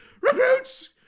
recruits